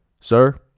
Sir